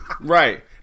right